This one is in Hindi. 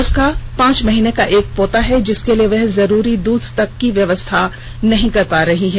उसका पांच माह का एक पोता है जिसके लिए वह जरुरी दूध तक की वह व्यवस्था नहीं कर पा रही है